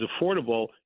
affordable